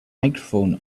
microphone